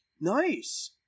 Nice